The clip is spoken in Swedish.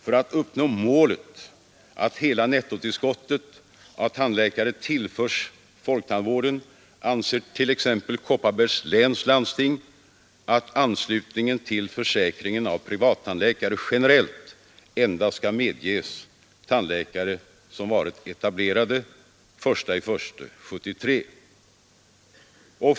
För att nå målet att hela nettotillskottet av tandläkare tillförs folktandvården anser t.ex. Kopparbergs läns landsting att anslutningen till försäkringen av privattandläkare generellt endast skall medges tandläkare som varit etablerade den 1 januari 1973.